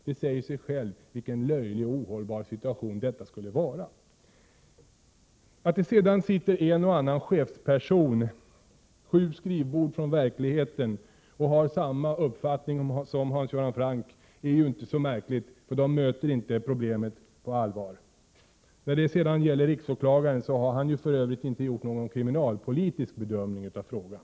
Det säger sig självt vilken löjlig och ohållbar situation detta skulle vara. Att det sedan sitter en och annan chefsperson sju skrivbord från verkligheten och har samma uppfattning som Hans Göran Franck är ju inte så märkligt. De möter inte problemet ute på fältet. Riksåklagaren har för övrigt inte gjort någon kriminalpolitisk bedömning av frågan.